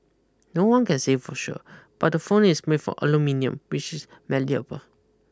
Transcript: no one can say for sure but the phone is made for aluminium which is malleable